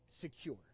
secure